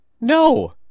No